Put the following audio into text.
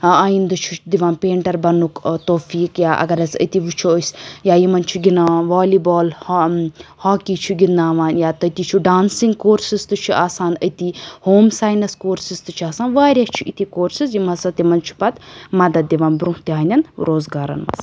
آیندٕ چھُ دِوان پینٹر بَننُک توفیٖق یا اگر حظ أتی وٕچھو أسۍ یا یِمَن چھُ گِندان والی بال ہاکی چھُ گِنٛدناوان یا تٔتی چھُ ڈانسِنگ کورسٔز تہِ چھُ آسان أتی ہوم ساینَس کورسِز تہِ چھُ آسان واریاہ چھِ أتی کورسِز یِم ہسا تِمن چھُ پَتہٕ مَدَتھ دِوان برونٛہہ تِہنٛدٮ۪ن روزگارَن منٛز